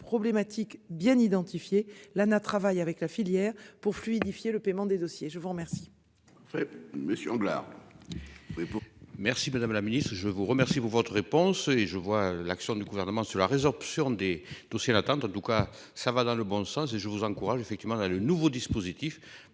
problématiques bien identifié l'Anna travaille avec la filière pour fluidifier le paiement des dossiers, je vous remercie.